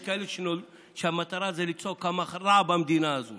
יש כאלה שהמטרה, לצעוק כמה רע במדינה הזאת